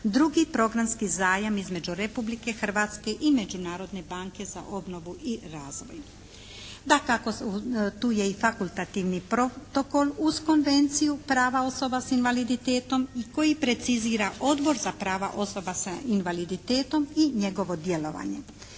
drugi programski zajam između Republike Hrvatske i Međunarodne banke za obnovu i razvoj. Dakako tu je i fakultativni protokol uz Konvenciju prava osoba sa invaliditetom koji precizira Odbor za prava osoba sa invaliditetom i njegovo djelovanje.